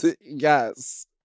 Yes